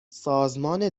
سازمان